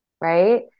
Right